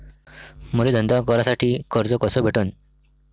मले धंदा करासाठी कर्ज कस भेटन?